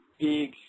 big